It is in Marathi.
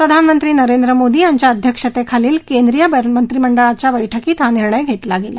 प्रधानमंत्री नरेंद्र मोदी यांच्या अध्यक्षतेखाली केंद्रीय मंत्रीमंडळाच्या आजच्या बर्क्कीत हा निर्णय घेतला गेला